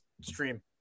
stream